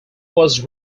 was